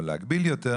או להגביל יותר,